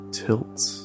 tilts